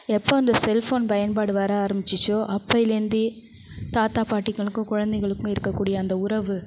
எப்போ அந்த செல்ஃபோன் பயன்பாடு வர ஆரம்பிச்சிச்சோ அப்பையிலேந்தே தாத்தா பாட்டிங்களுக்கும் குழந்தைங்களுக்கும் இருக்கக்கூடிய அந்த உறவு